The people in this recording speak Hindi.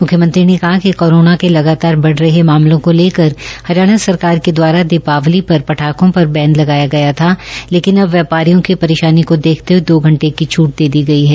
मुख्यमंत्री ने कहा कि कोरोना के लगातार बढ़ रहे को लेकर हरियाणा सरकार के द्वारा दीपावली पर पटाखों पर पांबदी लगाया गया था लेकिन अब व्यापारियों की परेशानी को देखते हये दो घंटे की छूट दे दी गई है